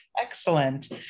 Excellent